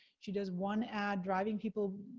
she does one ad driving people,